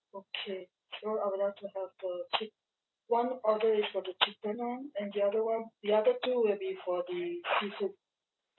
okay so I would like to have the chic~ one order is for the chicken [one] and the other one the other two will be for the seafood